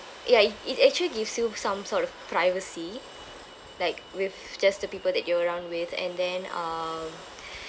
ya it it actually gives you some sort of privacy like with just the people that you're around with and then uh